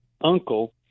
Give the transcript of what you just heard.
uncle